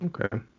Okay